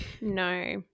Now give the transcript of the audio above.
No